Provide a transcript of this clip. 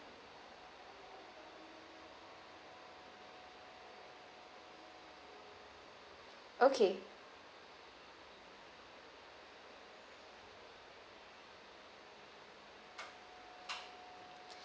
okay